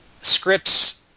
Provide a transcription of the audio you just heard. scripts